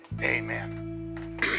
Amen